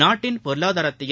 நாட்டின் பொருளாதாரத்தையும்